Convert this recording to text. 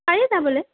পাৰি যাবলৈ